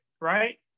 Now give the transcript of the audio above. right